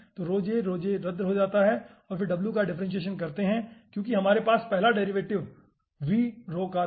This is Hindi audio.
तो रद्द हो जाता है और फिर W का डिफ्रेंसिएशन करते है क्योंकि हमारे पास पहला डेरिवेटिव का था